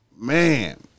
man